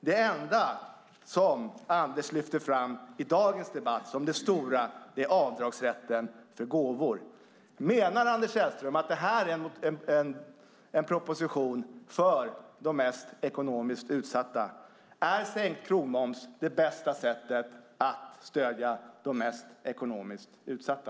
Det enda som Anders i dagens debatt lyfte fram som det stora är avdragsrätten för gåvor. Menar Anders Sellström att detta är en proposition för de mest ekonomiskt utsatta? Är sänkt krogmoms det bästa sättet att stödja de mest ekonomiskt utsatta?